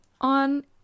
on